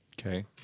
Okay